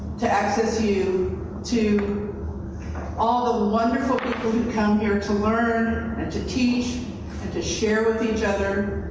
to accessu, to all the wonderful people who come here to learn and to teach and to share with each other,